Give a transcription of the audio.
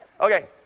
okay